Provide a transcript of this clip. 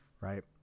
right